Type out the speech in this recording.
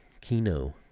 Kino